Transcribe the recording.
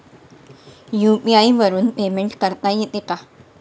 UPI वरून payment करता येते का?